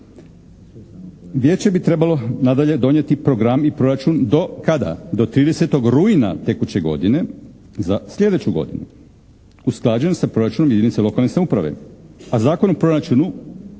Vijeće bi trebalo nadalje donijeti program i proračun do kada? Do 30. rujna tekuće godine za sljedeću godinu. Usklađen sa proračunom jedinica lokalne samouprave. A Zakon o proračunu,